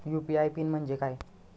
UPI PIN म्हणजे काय?